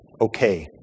okay